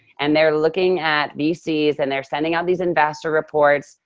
and they're looking at vcs and they're sending out these investor reports,